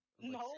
No